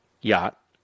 yacht